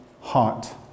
heart